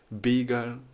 bigger